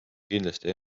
kindlasti